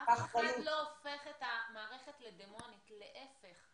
אף אחד לא הופך את המערכת לדמונית, להפך.